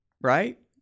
Right